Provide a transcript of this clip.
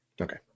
Okay